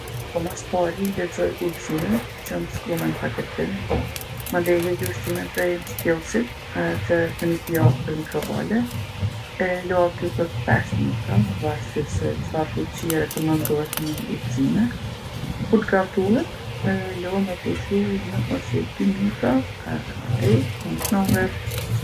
Po mas pari i lexoj udhzimet që jon t'shkrume n'paketim. Mandej e heki ushqimin prej mshtjellsit, e qes në ni pijatë për mikrovale, e lo aty për pesë minuta varsisht se çfarë fuqie rekomandohet n'udhzime. Kur t'gatuhet, e lo me pushu një ose dy minuta edhe mandej munesh me hongër.